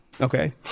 Okay